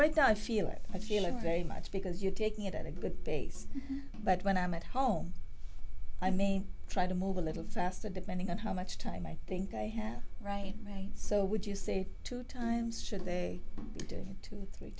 right does feel it i feeling very much because you're taking it at a good base but when i'm at home i may try to move a little faster depending on how much time i think i have right right so would you say to times should they do to